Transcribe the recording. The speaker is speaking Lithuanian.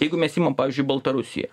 jeigu mes imam pavyzdžiui baltarusiją